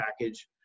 package